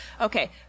Okay